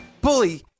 Bully